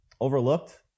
overlooked